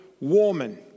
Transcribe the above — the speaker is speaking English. woman